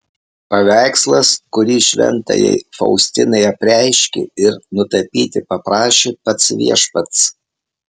paveikslas kurį šventajai faustinai apreiškė ir nutapyti paprašė pats viešpats